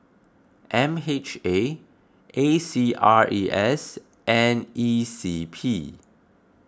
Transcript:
M H A A C R E S and E C P